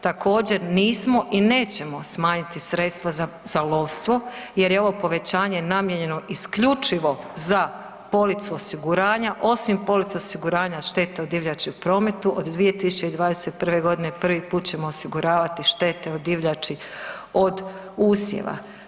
Također, nismo i nećemo smanjiti sredstva za lovstvo jer je ovo povećanje namijenjeno isključivo za policu osiguranja osim police osiguranja od šteta od divljači u prometu od 2021. godine prvi put ćemo osiguravati štete od divljači od usjeva.